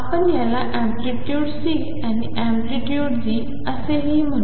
आपण याला amplitude C आणि अँप्लिटयूड D असेही म्हणूया